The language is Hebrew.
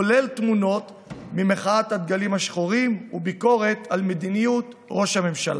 כולל תמונות ממחאת הדגלים השחורים וביקורת על מדיניות ראש הממשלה.